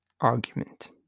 argument